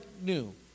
new